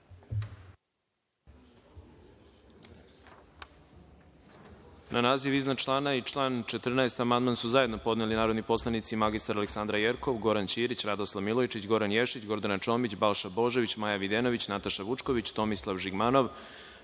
Na naziv iznad člana i član 14. amandman su zajedno podneli narodni poslanici mr Aleksandra Jerkov, Goran Ćirić, Radoslav Milojičić, Goran Ješić, Gordana Čomić, Balša Božović, Maja Videnović, Nataša Vučković, Tomislav Žigmanov,